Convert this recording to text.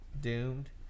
doomed